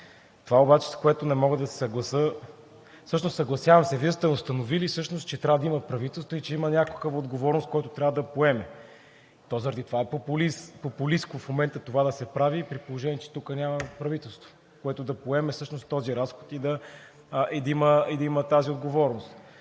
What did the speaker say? Това обаче, с което не мога да се съглася – всъщност, съгласявам се, Вие сте установили, че трябва да има правителство и че има някаква отговорност, която трябва да се поеме. То заради това е популистко в момента това да се прави, при положение че тук няма правителство, което да поеме всъщност този разход и да има тази отговорност.